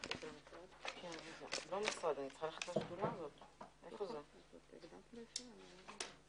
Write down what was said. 13:09.